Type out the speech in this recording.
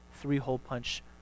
three-hole-punch